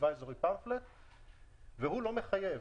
וגם הוא לא מחייב.